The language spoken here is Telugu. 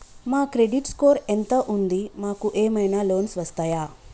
మా క్రెడిట్ స్కోర్ ఎంత ఉంది? మాకు ఏమైనా లోన్స్ వస్తయా?